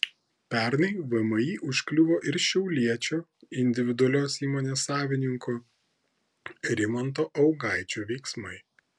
pernai vmi užkliuvo ir šiauliečio individualios įmonės savininko rimanto augaičio veiksmai